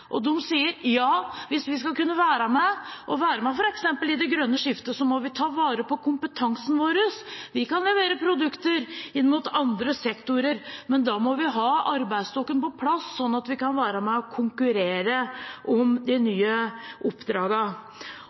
De sier at hvis de skal kunne være med i f.eks. det grønne skiftet, må de ta vare på kompetansen sin. De kan levere produkter inn mot andre sektorer, men da må de ha arbeidsstokken på plass, sånn at de kan være med og konkurrere om de nye